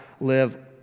live